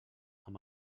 amb